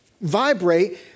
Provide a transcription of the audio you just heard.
vibrate